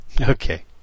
Okay